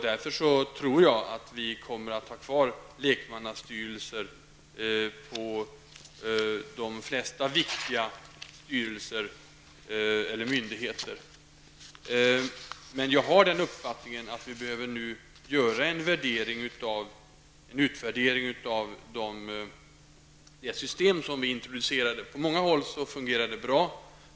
Därför tror jag att lekmannastyrelser kommer att vara kvar på de flesta viktiga myndigheter. Men vi behöver nu göra en utvärdering av de system som har introducerats. På många håll fungerar de bra.